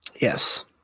Yes